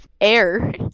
air